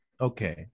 okay